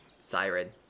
Siren